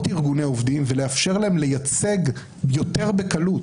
ארגוני עובדים ולאפשר להם לייצג יותר בקלות.